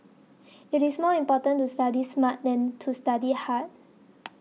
it is more important to study smart than to study hard